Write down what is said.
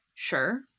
Sure